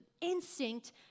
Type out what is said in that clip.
instinct